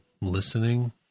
listening